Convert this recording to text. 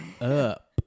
up